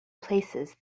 places